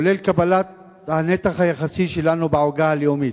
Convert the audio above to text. כולל קבלת הנתח היחסי שלנו בעוגה הלאומית.